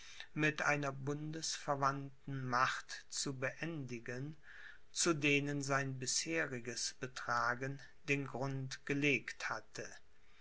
mit einer bundesverwandten macht zu beendigen zu denen sein bisheriges betragen den grund gelegt hatte